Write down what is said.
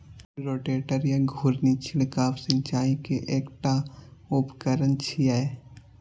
rotator या घुर्णी छिड़काव सिंचाइ के एकटा उपकरण छियै